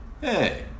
Hey